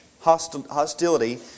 Hostility